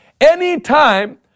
Anytime